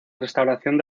restauración